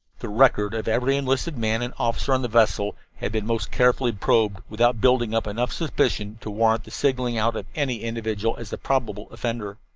the record of every enlisted man and officer on the vessel had been most carefully probed, without building up enough suspicion to warrant the singling out of any individual as the probable offender.